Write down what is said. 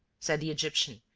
said the egyptian,